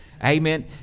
Amen